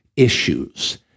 Issues